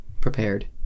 prepared